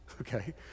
Okay